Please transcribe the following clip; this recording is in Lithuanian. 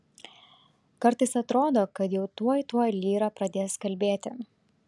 kartais atrodo kad jau tuoj tuoj lyra pradės kalbėti